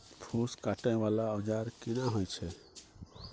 फूस काटय वाला औजार केना होय छै?